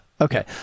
okay